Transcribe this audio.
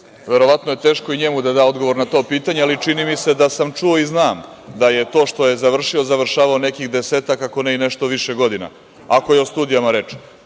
Verovatno je teško i njemu da da odgovor na to pitanje, ali čini mi se da sam čuo i znam da je to što je završio, završavao nekih desetak, ako ne i nešto više godina, ako je o studijama reč,